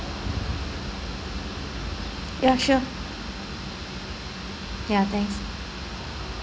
ya sure ya thanks